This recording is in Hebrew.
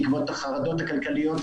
בעקבות החרדות הכלכליות,